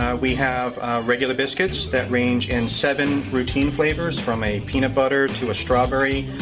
we have regular biscuits that range in seven routine flavors from a peanut butter to a strawberry,